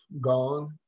gone